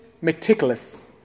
meticulous